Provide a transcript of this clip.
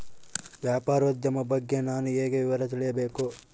ವ್ಯಾಪಾರೋದ್ಯಮ ಬಗ್ಗೆ ನಾನು ಹೇಗೆ ವಿವರ ತಿಳಿಯಬೇಕು?